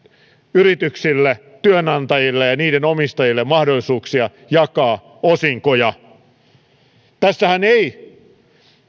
yrityksille työnantajille ja ja niiden omistajille lisää mahdollisuuksia jakaa osinkoja tällä maksumuutoksellahan ei